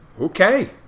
okay